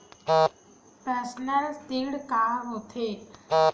Personal ऋण का होथे?